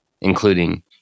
including